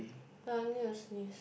!huh! I need to sneeze